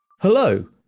Hello